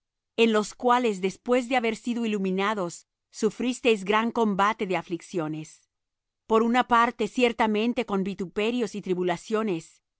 en los cuales después de haber sido iluminados sufristeis gran combate de aflicciones por una parte ciertamente con vituperios y tribulaciones